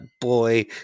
boy